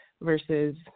versus